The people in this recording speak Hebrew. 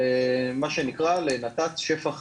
למה שנקרא נת"צ שפע חיים.